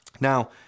Now